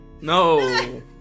No